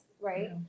right